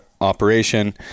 operation